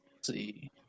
see